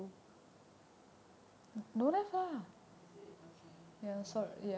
oh is it okay